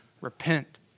Repent